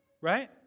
right